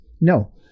No